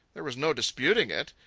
there was no disputing it.